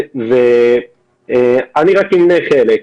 אני אמנה חלק: